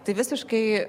tai visiškai